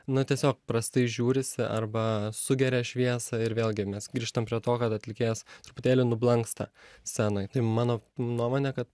nu tiesiog prastai žiūrisi arba sugeria šviesą ir vėlgi mes grįžtam prie to kad atlikėjas truputėlį nublanksta scenoj tai mano nuomone kad